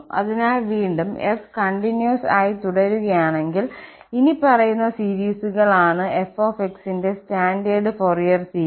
അതിനാൽ വീണ്ടും f continue ആയി തുടരുകയാണെങ്കിൽ ഇനിപ്പറയുന്ന സീരീസുകൾ ആണ് f ന്റെ സ്റ്റാൻഡേർഡ് ഫോറിയർ സീരീസ്